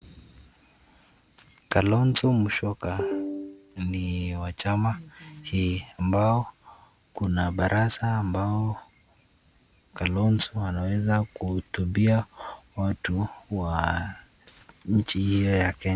Kalonzo Musyoka ni wa chama hii ambao kuna baraza ambao Kalonzo anaweza kuhutubia watu wa nchi hiyo ya Kenya.